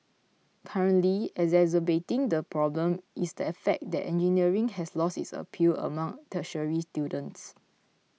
currently exacerbating the problem is the fact that engineering has lost its appeal among tertiary students